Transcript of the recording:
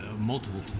multiple